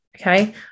okay